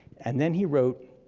and then he wrote,